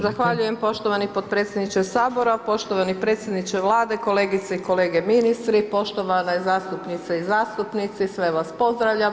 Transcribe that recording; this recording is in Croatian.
Zahvaljujem poštovani potpredsjedniče Sabora, poštovani predsjedniče Vlade, kolegice i kolege ministri, poštovane zastupnice i zastupnici, sve vas pozdravljam.